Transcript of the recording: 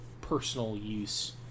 personal-use